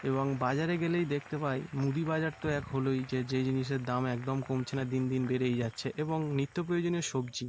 এবং বাজারে গেলেই দেখতে পাই মুদি বাজার তো এক হলোই যে যে জিনিসের দাম একদম কমছে না দিন দিন বেড়েই যাচ্ছে এবং নিত্য প্রয়োজনীয় সবজি